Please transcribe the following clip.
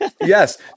Yes